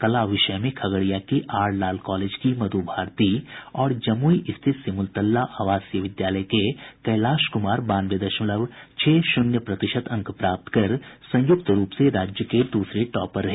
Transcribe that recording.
कला विषय में खगड़िया के आरलाल कॉलेज की मध्र भारती और जमुई स्थित सिमुलतल्ला आवासीय विद्यालय के कैलाश कुमार बानवे दशमलव छह शून्य प्रतिशत अंक प्राप्त कर संयुक्त रूप से राज्य के द्रसरे टॉपर रहे